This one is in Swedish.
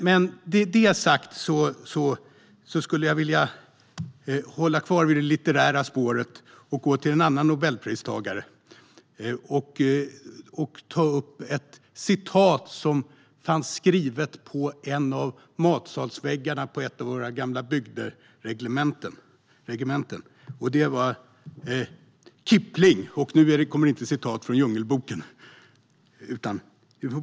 Med det sagt skulle jag vilja hålla mig kvar vid det litterära spåret och gå till en annan Nobelpristagare. Jag vill ta upp ett citat av Kipling som fanns skrivet på en av matsalsväggarna på ett våra gamla bygderegementen. Nu kommer det inte ett citat från Djungelboken .